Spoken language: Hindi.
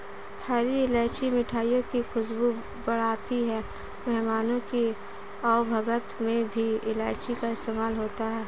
हरी इलायची मिठाइयों की खुशबू बढ़ाती है मेहमानों की आवभगत में भी इलायची का इस्तेमाल होता है